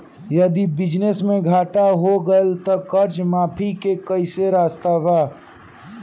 यदि बिजनेस मे घाटा हो गएल त कर्जा माफी के कोई रास्ता बा?